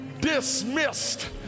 dismissed